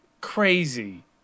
Crazy